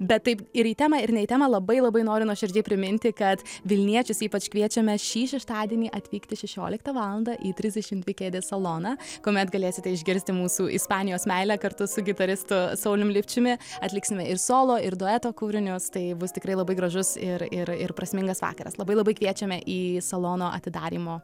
bet taip ir į temą ir ne į temą labai labai noriu nuoširdžiai priminti kad vilniečius ypač kviečiame šį šeštadienį atvykti šešioliktą valandą į trisdešim dvi kėdės saloną kuomet galėsite išgirsti mūsų ispanijos meilę kartu su gitaristu saulium lipčiumi atliksime ir solo ir dueto kūrinius tai bus tikrai labai gražus ir ir ir prasmingas vakaras labai labai kviečiame į salono atidarymo